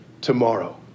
tomorrow